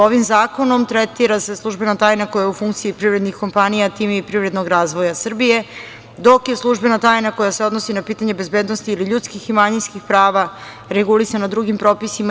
Ovim zakonom tretira se službena tajna koja je u funkciji privrednih kompanija, time i privrednog razvoja Srbije, dok je službena tajna koja se odnosi na pitanje bezbednosti ljudskih i manjinskih prava regulisano drugim propisima.